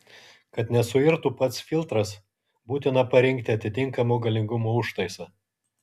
kad nesuirtų pats filtras būtina parinkti atitinkamo galingumo užtaisą